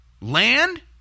Land